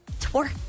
twerk